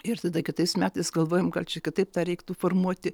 ir tada kitais metais galvojam ką čia kitaip tą reiktų formuoti